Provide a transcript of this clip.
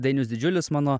dainius didžiulis mano